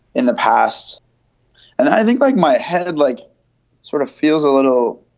in the past. and i think like my head like sort of feels a little